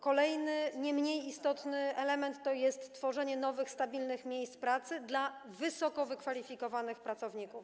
Kolejny nie mniej istotny element to tworzenie nowych stabilnych miejsc pracy dla wysoko wykwalifikowanych pracowników.